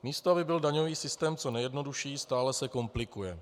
Místo aby byl daňový systém co nejjednodušší, stále se komplikuje.